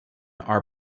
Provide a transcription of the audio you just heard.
are